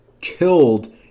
killed